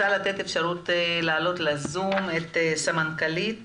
ללי דרעי, מנהלת